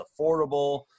affordable